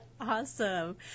Awesome